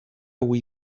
hui